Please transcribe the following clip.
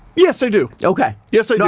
yes, i do. okay. yes,